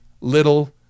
little